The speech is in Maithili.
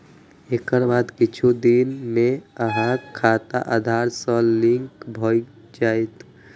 एकर बाद किछु दिन मे अहांक खाता आधार सं लिंक भए जायत